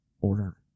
Order